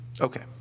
Okay